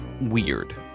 weird